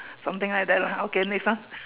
something like that lah okay next one